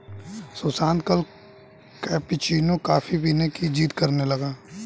सुशांत कल cappuccino coffee पीने की जिद्द करने लगा